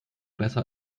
besser